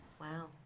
Wow